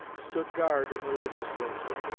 stood guard in the legislature,